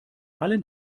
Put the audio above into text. allen